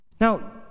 Now